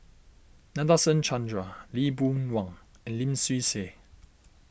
Nadasen Chandra Lee Boon Wang and Lim Swee Say